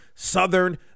southern